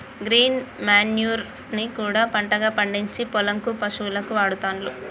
green manure ని కూడా పంటగా పండిచ్చి పొలం కు పశువులకు వాడుతాండ్లు